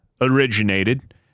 originated